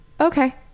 Okay